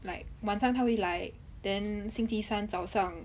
like 晚上她会来 then 星期三早上